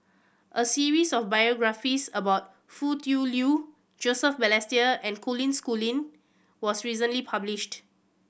a series of biographies about Foo Tui Liew Joseph Balestier and Colin Schooling was recently published